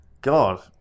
God